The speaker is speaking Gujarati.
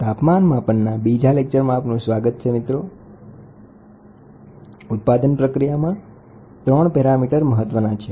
ઉષ્ણતામાન માપનના બીજા લેક્ચરમાં આપનું સ્વાગત છે ઉત્પાદન પ્રક્રિયામાં ત્રણ પેરામીટર મહત્વના છે